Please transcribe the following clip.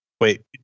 Wait